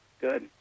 Good